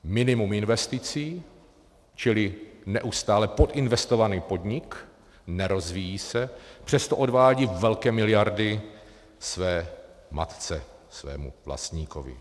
Minimum investic, čili neustále podinvestovaný podnik, nerozvíjí se, přesto odvádí velké miliardy své matce, svému vlastníkovi.